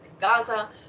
Gaza